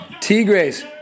Tigres